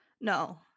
No